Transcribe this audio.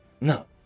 No